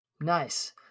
Nice